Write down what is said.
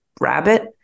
rabbit